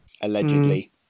Allegedly